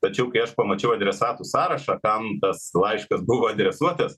tačiau kai aš pamačiau adresatų sąrašą tam tas laiškas buvo adresuotas